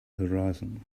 horizon